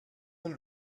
and